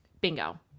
bingo